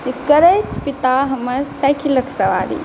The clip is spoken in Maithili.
करैत छथि पिता हमर साइकिलक सवारी